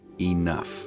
enough